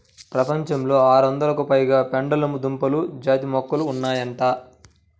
ప్రపంచంలో ఆరొందలకు పైగా పెండలము దుంప జాతి మొక్కలు ఉన్నాయంట